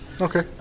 Okay